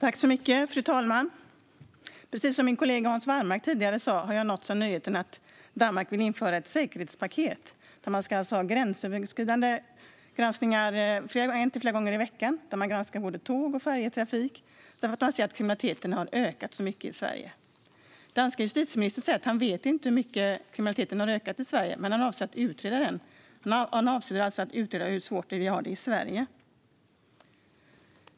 Fru talman! Precis som min kollega Hans Wallmark tidigare sa har jag nåtts av nyheten att Danmark vill införa ett säkerhetspaket. Där ska man ha gränsöverskridande granskningar en till flera gånger i veckan av både tåg och färjetrafik därför att man anser att kriminaliteten har ökat så mycket i Sverige. Danska justitieministern säger att han inte vet hur mycket kriminaliteten har ökat i Sverige men att han avser att utreda den. Han avser alltså att utreda hur svårt vi har det i Sverige.